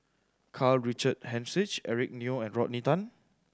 Karl Richard Hanitsch Eric Neo and Rodney Tan